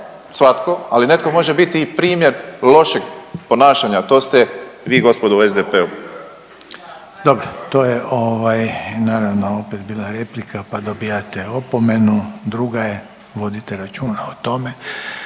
svatko, ali netko može biti i primjer lošeg ponašanja, a to ste vi gospodo u SDP-u. **Reiner, Željko (HDZ)** Dobro, to je ovaj naravno opet bila replika pa dobijate opomenu. Druga je, vodite računa o tome.